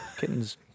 kittens